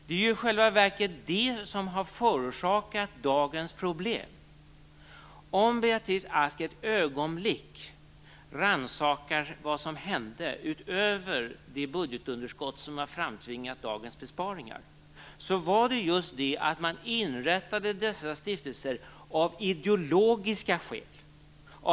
Det är i själva verket det som har förorsakat dagens problem. Om Beatrice Ask ett ögonblick rannsakar vad som hände på den borgerliga regeringens tid, utöver att det budgetunderskott uppstod som har framtvingat dagens besparingar, kanske hon minns att man inrättade dessa stiftelser av ideologiska skäl.